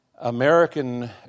American